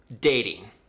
dating